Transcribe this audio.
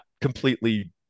completely